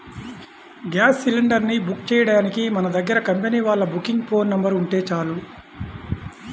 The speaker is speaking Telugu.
గ్యాస్ సిలిండర్ ని బుక్ చెయ్యడానికి మన దగ్గర కంపెనీ వాళ్ళ బుకింగ్ ఫోన్ నెంబర్ ఉంటే చాలు